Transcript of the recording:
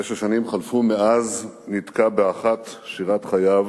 תשע שנים חלפו מאז ניתקה באחת שירת חייו